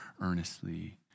earnestly